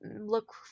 look